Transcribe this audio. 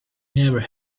never